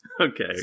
Okay